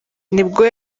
nibwo